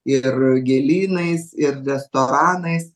ir gėlynais ir restoranais